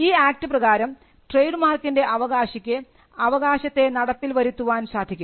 ഈ ആക്ട് പ്രകാരം ട്രേഡ് മാർക്കിൻറെ അവകാശിക്ക് അവകാശത്തെ നടപ്പിൽ വരുത്തുവാൻ സാധിക്കും